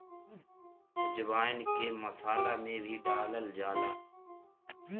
अजवाईन के मसाला में भी डालल जाला